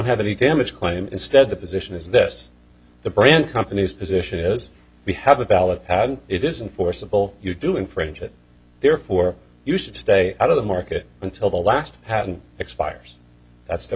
have any damage claim instead the position is this the brand company's position is we have a valid and it isn't forcible you do infringe it therefore you should stay out of the market until the last patent expires that's the